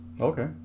Okay